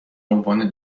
عنوان